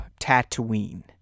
Tatooine